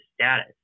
status